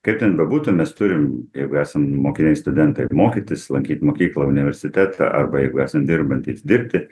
kaip ten bebūtų mes turim jeigu esam mokiniai studentai mokytis lankyt mokyklą universitetą arba jeigu esam dirbantys dirbti